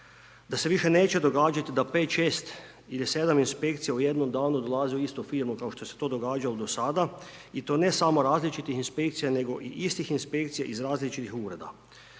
da se više neće događati da 5, 6 ili 7 inspekcija u jednom danu dolaze u istu firmu, kao što se je to događalo do sada i to ne samo različitih inspekcija, nego istih inspekcija, iz različitih ureda.